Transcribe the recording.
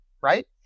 right